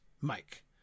Mike